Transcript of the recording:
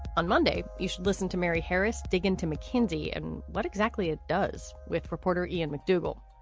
on monday, you should listen to mary harris, dig into mckinsey and what exactly it does with reporter ian mcdougall.